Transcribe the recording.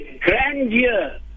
grandeur